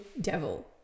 devil